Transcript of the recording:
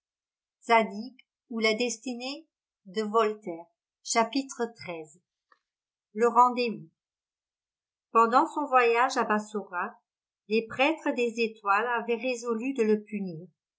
xiii le rendez-vous pendant son voyage à bassora les prêtres des étoiles avaient résolu de le punir